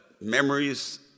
memories